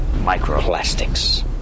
Microplastics